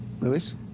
Lewis